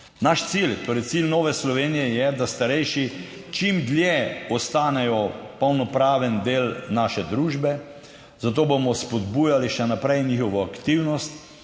Naš cilj, torej cilj Nove Slovenije je, da starejši čim dlje ostanejo polnopraven del naše družbe. Zato bomo spodbujali še naprej njihovo aktivnost